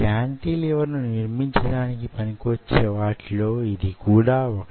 cantilever ను నిర్మించడానికి పనికొచ్చే వాటిలో యిది కూడా వొకటి